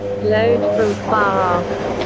glowed from far off.